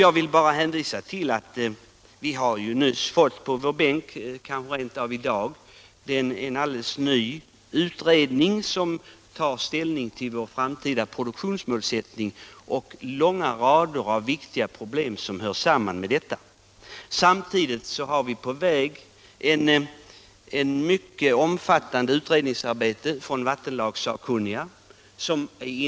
Jag behöver bara hänvisa till att vi nyligen fått på våra bänkar — kanske rent av i dag — en alldeles ny utredning, där man tar ställning till vår framtida produktionsmålsättning och till rader av viktiga problem som hör samman med denna. Samtidigt pågår ett mycket omfattande utredningsarbete inom vattenlagsakkunniga i dessa frågor.